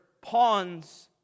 pawns